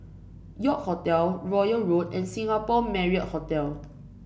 York Hotel Royal Road and Singapore Marriott Hotel